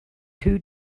too